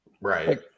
Right